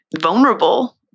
vulnerable